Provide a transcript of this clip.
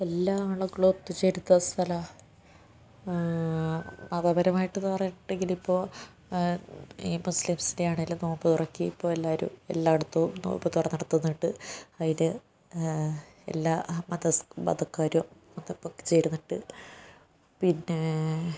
എല്ലാ ആളുകളും ഒത്തുചേരുന്ന സ്ഥലമാണ് മതപരമായിട്ട് പറഞ്ഞിട്ടുണ്ടെങ്കിൽ ഇപ്പോൾ ഈ മുസ്ലിംസിന്റെ ആണെങ്കിലും നോമ്പ് തുറക്കുകയും ഇപ്പോൾ എല്ലാവരും എല്ലായിടത്തും നോമ്പ് തുറന്നയിടത്ത് നിന്നിട്ട് അതിന്റെ എല്ലാ മതക്കാരും എത്തിച്ചേരുന്നുണ്ട് പിന്നേ